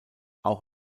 auch